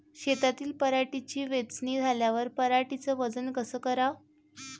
शेतातील पराटीची वेचनी झाल्यावर पराटीचं वजन कस कराव?